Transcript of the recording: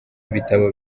bitabo